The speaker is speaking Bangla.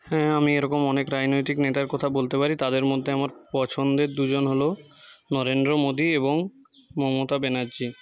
হ্যাঁ আমি এরকম অনেক রাজনৈতিক নেতার কথা বলতে পারি তাদের মধ্যে আমার পছন্দের দুজন হল নরেন্দ্র মোদী এবং মমতা ব্যানার্জী